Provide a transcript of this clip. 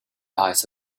eyes